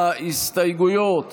ההסתייגויות